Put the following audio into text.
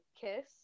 kiss